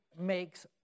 makes